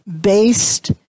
based